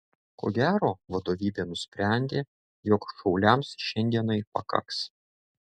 ko gero vadovybė nusprendė jog šauliams šiandienai pakaks